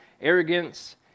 arrogance